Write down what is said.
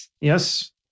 Yes